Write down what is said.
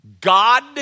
God